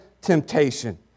temptation